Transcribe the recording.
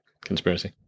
conspiracy